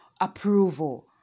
approval